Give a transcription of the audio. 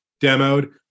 demoed